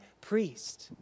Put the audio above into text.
priest